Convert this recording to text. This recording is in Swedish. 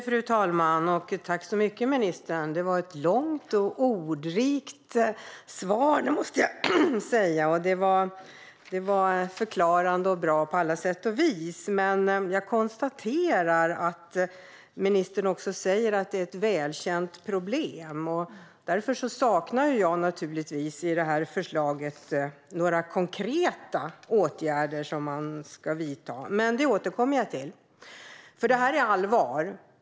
Fru talman! Tack så mycket för svaret, ministern! Det var ett långt och ordrikt svar som var förklarande och bra på alla sätt och vis. Men jag konstaterar att ministern också säger att detta är ett välkänt problem. Därför saknar jag i förslaget konkreta åtgärder som man ska vidta. Jag återkommer till detta. Detta är allvar.